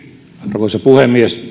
arvoisa puhemies